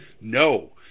No